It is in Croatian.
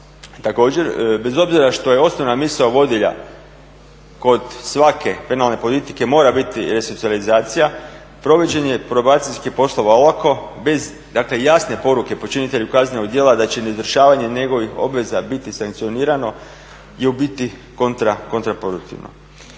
Također, bez obzira što je osnovna misao vodilja kod svake penalne politike mora biti resocijalizacija provođenje probacijskih poslova olako bez dakle jasne poruke počinitelju kaznenog djela da će neizvršavanje njegovih obveza biti sankcionirano je u biti kontra produktivno.